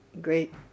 great